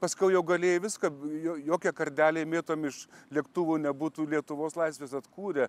paskiau jau galėjai viską jo jokie kardeliai mėtomi iš lėktuvo nebūtų lietuvos laisvės atkūrę